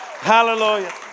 Hallelujah